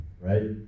right